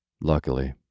Luckily